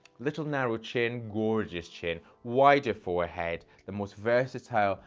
little narrow chin, gorgeous chin, wider forehead, the most versatile,